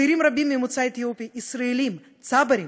צעירים רבים ממוצא אתיופי, ישראלים, צברים,